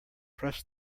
press